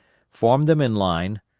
formed them in line,